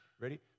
Ready